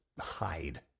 hide